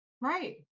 right